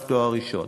רק תואר ראשון.